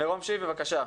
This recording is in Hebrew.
מירום שיף, בבקשה.